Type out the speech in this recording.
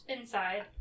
inside